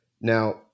Now